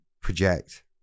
project